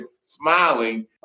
smiling